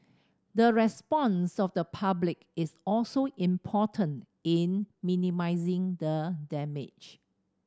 the response of the public is also important in minimising the damage